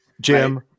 Jim